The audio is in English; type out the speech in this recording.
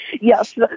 Yes